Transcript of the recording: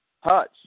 Hutch